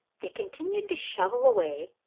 they continued to shovel away,